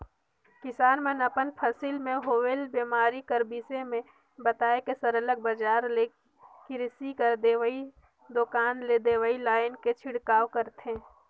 किसान मन अपन फसिल में होवल बेमारी कर बिसे में बताए के सरलग बजार ले किरसी कर दवई दोकान ले दवई लाएन के छिड़काव करथे